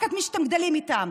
רק את מי שאתם גדלים איתם.